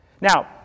Now